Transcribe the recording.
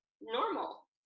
normal